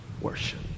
worship